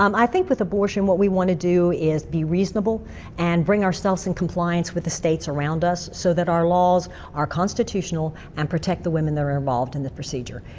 um i think with abortion what we want to do is be reasonable and bring ourselves in compliance with the states around us so that our laws are constitutional and protect the women that are involved in the procedure.